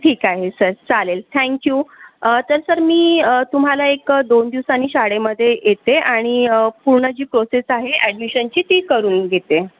ठीक आहे सर चालेल थँक यू तर सर मी तुम्हाला एक दोन दिवसानी शाळेमधे येते आणि पूर्ण जी प्रोसेस आहे ॲडमिशनची ती करून घेते